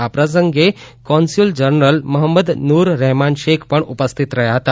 આ પ્રસંગે consul general Mohammad Nurrahman Sheikh પણ ઉપસ્થિત રહ્યા હતા